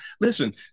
Listen